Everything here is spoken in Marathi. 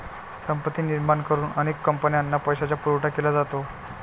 संपत्ती निर्माण करून अनेक कंपन्यांना पैशाचा पुरवठा केला जातो